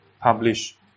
publish